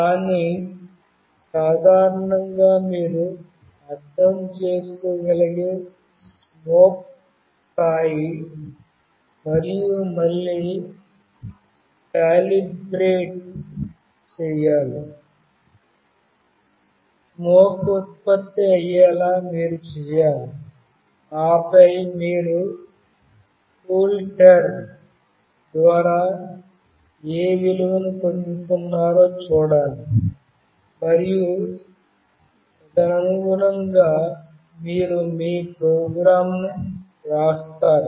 కానీ సాధారణంగా మీరు అర్థం చేసుకోగలిగే స్మోక్ స్థాయి మీరు మళ్లీ కాలిబ్రేట్ చేయాలిస్మోక్ ఉత్పత్తి అయ్యేలా మీరు చేయాలి ఆపై మీరు కూల్టెర్మ్ ద్వారా ఏ విలువను పొందుతున్నారో చూడాలి మరియు తదనుగుణంగా మీరు మీ ప్రోగ్రామ్ను వ్రాస్తారు